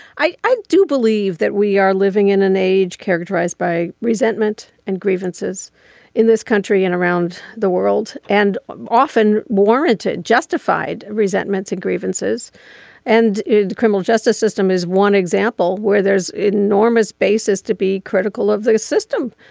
i i do believe that we are living in an age characterized by resentment and grievances in this country and around the world and often more into justified resentments and grievances and the criminal justice system is one example where there's enormous basis to be critical of this like system.